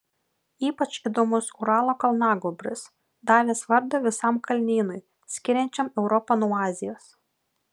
ypač įdomus uralo kalnagūbris davęs vardą visam kalnynui skiriančiam europą nuo azijos